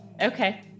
Okay